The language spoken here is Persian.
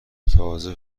تازه